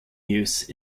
use